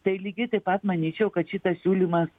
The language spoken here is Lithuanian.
tai lygiai taip pat manyčiau kad šitas siūlymas